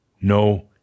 No